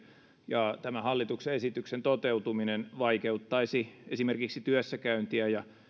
ja tämä hallituksen esityksen toteutuminen vaikeuttaisi esimerkiksi työssäkäyntiä ja